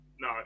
No